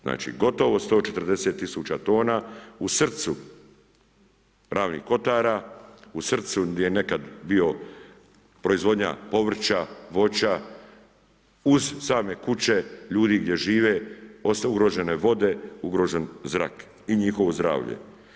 Znači gotovo 140 000 tona u srcu Ravnih kotara, u srcu gdje je nekad bio proizvodnja povrća, voća uz same kuće ljudi gdje žive ostaju ugrožene vode, ugrožen zrak i njihovo zdravlje.